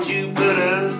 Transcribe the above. Jupiter